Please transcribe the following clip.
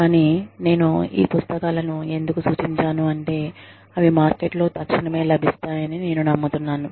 కానీ నేను ఈ పుస్తకాలను ఎందుకు సూచించాను అంటే అవి మార్కెట్లో తక్షణమే లభిస్తాయని నేను నమ్ముతున్నాను